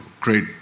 great